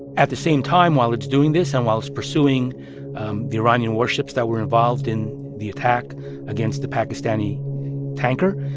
at the same time while it's doing this and while it's pursuing the iranian warships that were involved in the attack against the pakistani tanker,